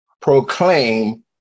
proclaim